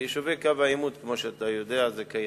ביישובי קו העימות, כמו שאתה יודע, זה קיים.